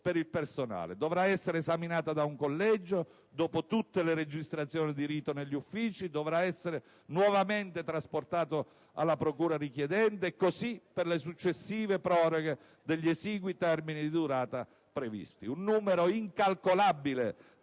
Un numero incalcolabile